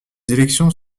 élections